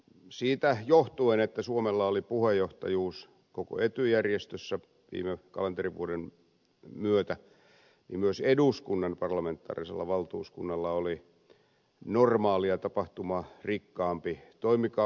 siitä johtuen että suomella oli puheenjohtajuus koko ety järjestössä viime kalenterivuoden myötä myös eduskunnan parlamentaarisella valtuuskunnalla oli normaalia tapahtumarikkaampi toimikausi